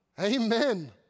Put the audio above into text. Amen